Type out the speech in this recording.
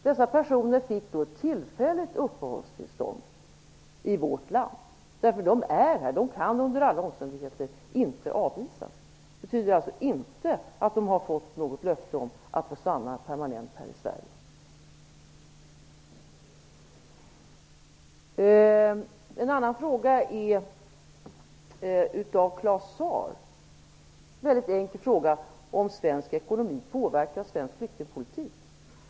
Dessa personer fick då tillfälliga uppehållstillstånd i vårt land. De finns här och kan under inga omständigheter utvisas. Det betyder inte att de fått något löfte om att permanent få stanna här i Claus Zaar frågade om svensk ekonomi påverkas av svensk flyktingpolitik.